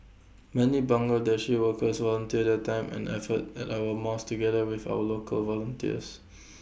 many Bangladeshi workers volunteer their time and effort at our mosques together with other local volunteers